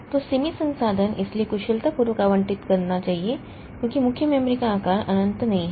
तो सीमित संसाधन इसलिए कुशलतापूर्वक आवंटित करना चाहिए क्योंकि मुख्य मेमोरी का आकार अनंत नहीं है